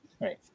right